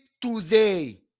today